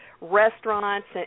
restaurants